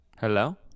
Hello